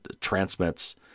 transmits